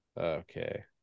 Okay